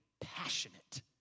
passionate